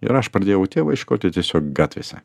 ir aš pradėjau tėvo ieškoti tiesiog gatvėse